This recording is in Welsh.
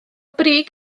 brig